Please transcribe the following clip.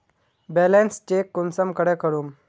Balance check कुंसम करे करूम?